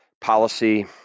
policy